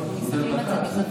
אנחנו מסתכלים על זה מזווית,